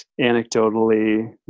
anecdotally